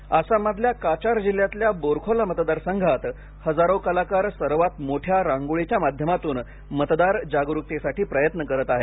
जागृती आसाममधल्या काचार जिल्ह्यातल्या बोरखोला मतदार संघात हजारो कलाकार सर्वात मोठ्या रांगोळीच्या माध्यमातून मतदार जागरूकतेसाठी प्रयत्न करत आहेत